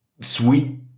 sweet